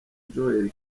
joel